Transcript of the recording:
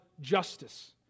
justice